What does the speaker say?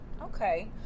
Okay